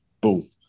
Boom